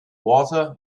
water